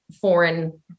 foreign